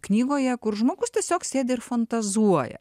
knygoje kur žmogus tiesiog sėdi ir fantazuoja